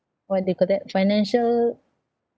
what do you call that financial